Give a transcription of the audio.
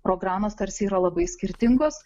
programos tarsi yra labai skirtingos